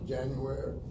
January